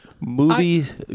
movies